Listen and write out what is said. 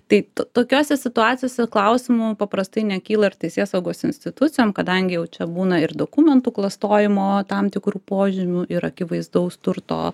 tai tokiose situacijose klausimų paprastai nekyla ir teisėsaugos institucijoms kadangi jau čia būna ir dokumentų klastojimo tam tikrų požymių ir akivaizdaus turto